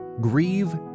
Grieve